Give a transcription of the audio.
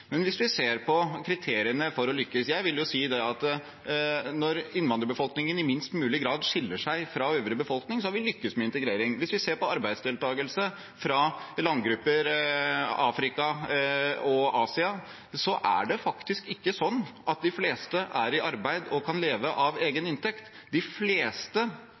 Men hvis vi ser på kriteriene for å lykkes: Jeg vil jo si at når innvandrerbefolkningen i minst mulig grad skiller seg fra øvrig befolkning, har vi lyktes med integrering. Hvis vi ser på arbeidsdeltagelse fra landgrupper i Afrika og Asia, er det faktisk ikke sånn at de fleste er i arbeid og kan leve av egen inntekt. De fleste